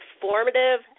formative